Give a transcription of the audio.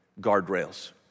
guardrails